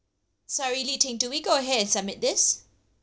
sorry li ting do we go ahead and submit this